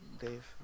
Dave